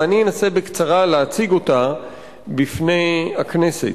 ואנסה בקצרה להציג אותה בפני הכנסת.